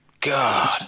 God